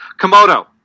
Komodo